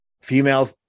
female